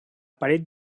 paret